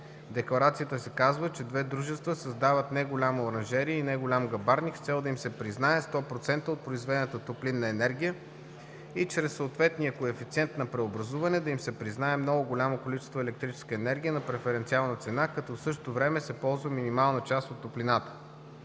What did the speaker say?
В декларацията се казва, че две дружества създават неголяма оранжерия и неголям гъбарник с цел да им се признае 100% от произведената топлинна енергия и чрез съответния коефициент на преобразуване да им се признае много голямо количество електрическа енергия на преференциална цена, като в същото време се ползва минимална част от топлината.